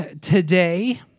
today